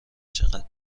چقدر